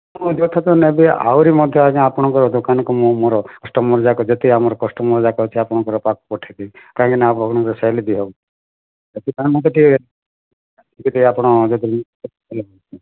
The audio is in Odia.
ନେବେ ଆହୁରି ମଧ୍ୟ ଆଜ୍ଞା ଆପଣଙ୍କ ଦୋକାନକୁ ମୁଁ ମୋର କଷ୍ଟମର୍ଯାକ ଯେତିକି ଆମର କଷ୍ଟମର୍ଯାକ ଅଛନ୍ତି ଆପଣଙ୍କର ପାଖକୁ ପଠାଇବି କାହିଁକିନା ଆପଣଙ୍କ ସେଲ୍ ବି ହେଉ ସେଥିପାଇଁ ମୋତେ ଟିକିଏ ଟିକିଏ ଆପଣ ଯଦି